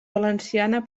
valenciana